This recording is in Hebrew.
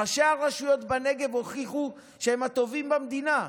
ראשי הרשויות בנגב הוכיחו שהם הטובים במדינה.